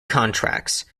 contracts